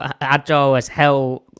agile-as-hell